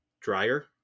dryer